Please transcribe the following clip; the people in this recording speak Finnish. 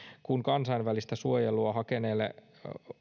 kun kansainvälistä suojelua hakeneelle